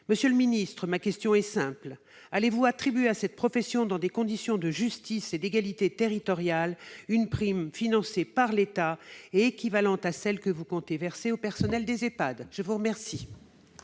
Monsieur le secrétaire d'État, ma question est simple : allez-vous attribuer à cette profession, dans des conditions de justice et d'égalité territoriale, une prime financée par l'État et équivalente à celle que vous comptez verser aux personnels des Ehpad ? La parole